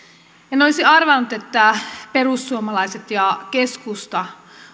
en olisi arvannut että perussuomalaiset ja keskusta